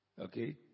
Okay